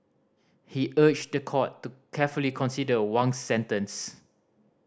he urged the court to carefully consider Wang's sentence